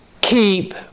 Keep